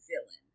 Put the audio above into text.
villain